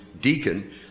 deacon